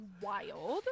wild